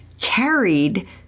carried